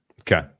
Okay